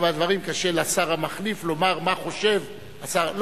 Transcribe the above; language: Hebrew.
קשה לשר המחליף לומר מה חושב השר.